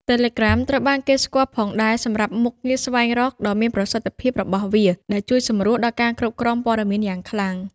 Telegram ត្រូវបានគេស្គាល់ផងដែរសម្រាប់ មុខងារស្វែងរក ដ៏មានប្រសិទ្ធភាពរបស់វា ដែលជួយសម្រួលដល់ការគ្រប់គ្រងព័ត៌មានយ៉ាងខ្លាំង។